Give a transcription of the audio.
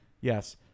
Yes